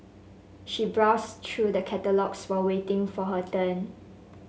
she browsed through the catalogues while waiting for her turn